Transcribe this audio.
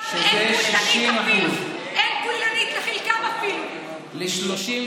שזה 60% לחלקם אין כוללנית אפילו.